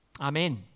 Amen